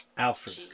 alfred